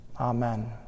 Amen